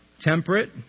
temperate